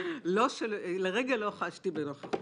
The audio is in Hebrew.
לרגע לא חשתי בנוכחותך.